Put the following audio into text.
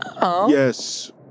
Yes